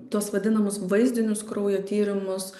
tuos vadinamus vaizdinius kraujo tyrimus